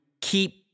keep